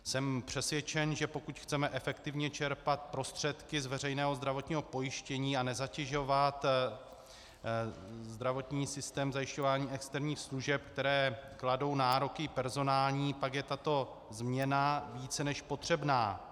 Jsem přesvědčen, že pokud chceme efektivně čerpat prostředky z veřejného zdravotního pojištění a nezatěžovat zdravotní systém k zajišťování externích služeb, které kladou nároky personální, pak je tato změna více než potřebná.